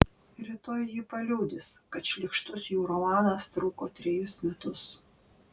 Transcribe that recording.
rytoj ji paliudys kad šlykštus jų romanas truko trejus metus